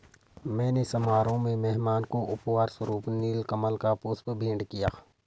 मैंने समारोह में मेहमान को उपहार स्वरुप नील कमल का पुष्प भेंट किया